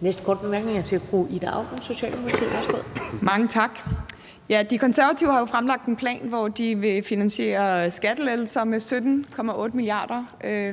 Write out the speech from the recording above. næste korte bemærkning er til fru Ida Auken, Socialdemokratiet. Værsgo. Kl. 10:59 Ida Auken (S): Mange tak. De Konservative har jo fremlagt en plan, hvor de vil finansiere skattelettelser med 17,8 mia. kr.